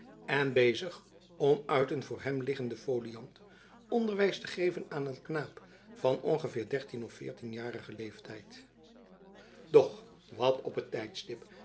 en bezig om uit een voor hem liggenden foliant onderwijs te geven aan een knaap van ongeveer dertien of veertienjarigen leeftijd doch wat op het tijdstip